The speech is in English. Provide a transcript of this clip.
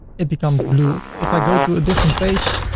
it becomes blue. if i go to a different page,